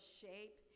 shape